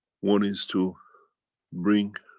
one is to bring